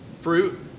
fruit